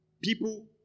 People